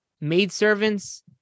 maidservants